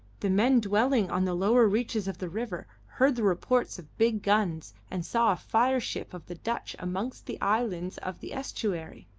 the men dwelling on the lower reaches of the river heard the reports of big guns and saw a fire-ship of the dutch amongst the islands of the estuary.